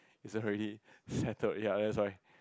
is already settled ya that's why